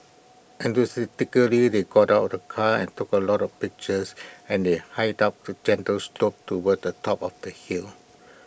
enthusiastically they got out of the car and took A lot of pictures and they hiked up A gentle slope towards the top of the hill